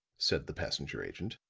said the passenger agent.